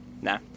nah